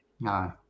no